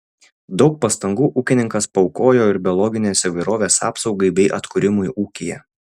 daug pastangų ūkininkas paaukojo ir biologinės įvairovės apsaugai bei atkūrimui ūkyje